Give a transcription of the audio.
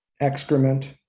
excrement